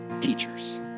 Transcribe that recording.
teachers